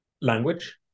language